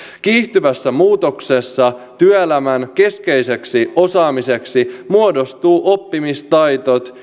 kiihtyvässä muutoksessa työelämän keskeiseksi osaamiseksi muodostuvat oppimistaidot